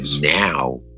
now